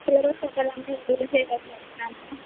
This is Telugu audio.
ప్రతిరోజు ఒక్కదాన్నే డీల్ చేయలేకపోతున్నాను